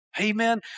Amen